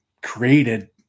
created